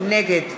נגד